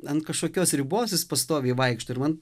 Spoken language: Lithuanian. ant kažkokios ribos jis pastoviai vaikšto ir man